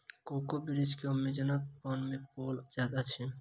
cocoa वृक्ष अमेज़नक वन में पाओल जाइत अछि